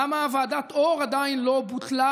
למה ועדת אור עדיין לא בוטלה,